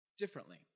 Differently